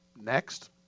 Next